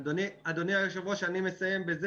אדוני היושב-ראש, אני מסיים בזה.